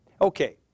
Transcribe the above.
Okay